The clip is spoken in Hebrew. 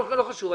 לא חשוב.